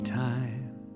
time